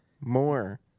more